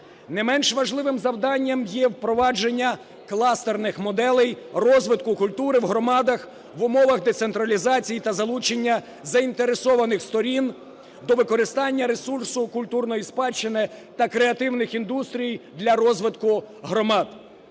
Не менш важливим завданням є впровадження кластерних моделей розвитку культури у громадах в умовах децентралізації та залучення заінтересованих сторін до використання ресурсу культурної спадщини та креативних індустрій для розвитку громад.